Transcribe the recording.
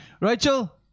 Rachel